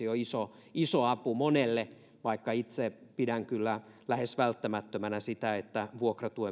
jo iso iso apu monelle vaikka itse pidän kyllä lähes välttämättömänä sitä että vuokratuki